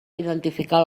identificar